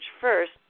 first